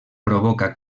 provoca